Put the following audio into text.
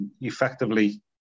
effectively